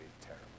terrible